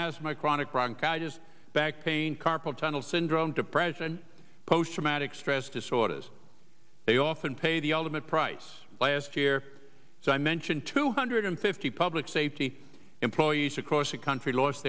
asthma chronic bronchitis back pain carpal tunnel syndrome depression post traumatic stress disorders they often pay the ultimate price last year so i mention two hundred fifty public safety employees across the country lost